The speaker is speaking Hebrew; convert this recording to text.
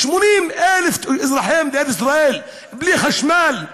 80,000 אזרחי מדינת ישראל בלי חשמל,